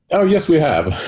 oh, yes. we have.